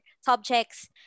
subjects